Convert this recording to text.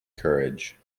courage